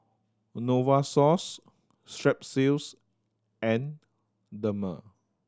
Novosource Strepsils and Dermale